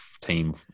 team